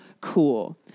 cool